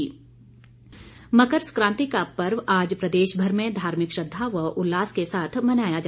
मकर संक्राति मकर संक्राति का पर्व आज प्रदेशभर में धार्मिक श्रद्धा व उल्लास के साथ मनाया गया